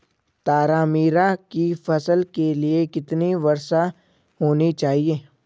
तारामीरा की फसल के लिए कितनी वर्षा होनी चाहिए?